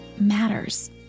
matters